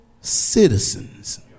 citizens